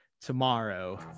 tomorrow